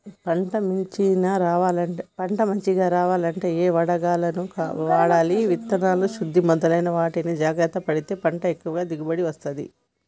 పంట మంచిగ రావాలంటే ఏ వంగడాలను వాడాలి విత్తన శుద్ధి మొదలైన వాటిపై జాగ్రత్త పడితే పంట ఎక్కువ దిగుబడి వస్తది